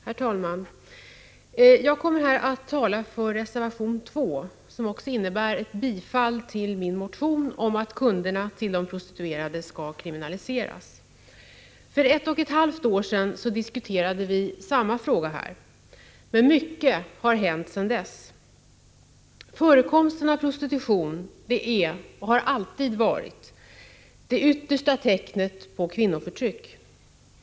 Herr talman! Jag kommer här att tala för reservation 2, som också innebär 27 november 1985 ett bifall till min motion om att kunderna till de prostituerade skall 4 GoN kriminaliseras. För ett och ett halvt år sedan diskuterade vi samma fråga här, men mycket har hänt sedan dess. Förekomsten av prostitution är och har alltid varit det yttersta tecknet på kvinnoförtryck.